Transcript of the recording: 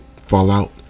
fallout